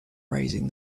raising